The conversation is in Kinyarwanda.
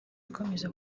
ikomeza